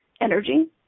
energy